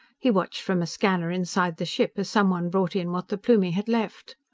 he watched from a scanner inside the ship as someone brought in what the plumie had left.